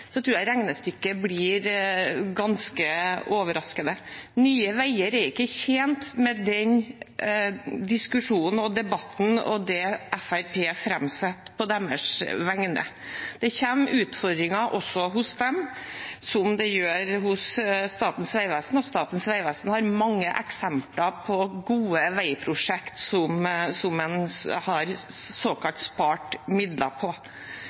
tror jeg regnestykket blir ganske overraskende. Nye Veier er ikke tjent med den diskusjonen og debatten og det Fremskrittspartiet framsetter på deres vegne. Det kommer utfordringer også hos dem, som det gjør hos Statens vegvesen. Statens vegvesen har mange eksempler på gode veiprosjekter som man har såkalt spart midler på.